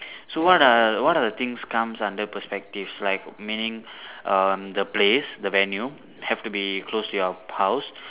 so what are what are the things come under perspectives like meaning um the place the venue have to be close to your house